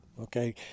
Okay